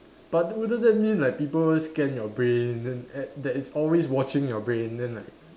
but wouldn't that mean like people scan your brain then and that is always watching your brain then like